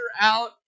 out